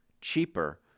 cheaper